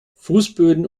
fußböden